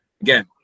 again